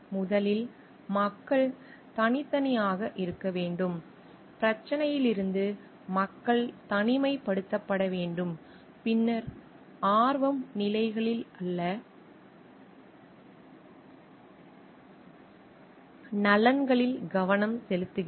முதலில் மக்கள் தனித்தனியாக இருக்க வேண்டும் பிரச்சனையிலிருந்து மக்கள் தனிமைப்படுத்தப்பட வேண்டும் பின்னர் ஆர்வம் நிலைகளில் அல்ல நலன்களில் கவனம் செலுத்துகிறது